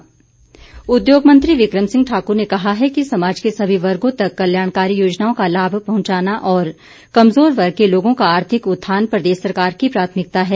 बिक्रम ठाकुर उद्योग मंत्री बिक्रम सिंह ठाक्र ने कहा है कि समाज के सभी वर्गों तक कल्याणकारी योजनाओं का लाभ पहुंचाना और कमजोर वर्ग के लोगों का आर्थिक उत्थान प्रदेश सरकार की प्राथमिकता है